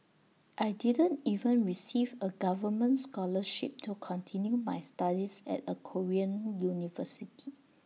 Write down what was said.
I didn't even receive A government scholarship to continue my studies at A Korean university